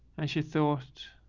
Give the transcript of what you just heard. and she thought,